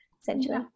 essentially